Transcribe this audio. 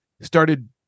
started